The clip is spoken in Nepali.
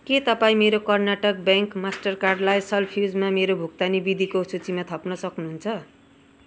के तपाईँ मेरो कर्नाटक ब्याङ्क मास्टरकार्डलाई सपक्लुजमा मेरो भुक्तानी विधिको सूचीमा थप्न सक्नुहुन्छ